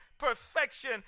perfection